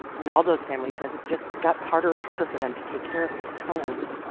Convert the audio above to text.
arnaldo's family says it just got harder and harder for them to take care of him at home.